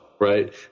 right